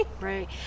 right